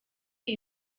iyi